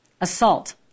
assault